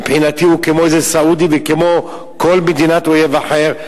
מבחינתי הוא כמו איזה סעודי וכמו כל מדינת אויב אחרת,